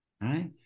right